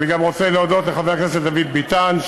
אני גם רוצה להודות לחבר הכנסת דוד ביטן,